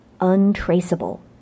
untraceable